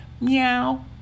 Meow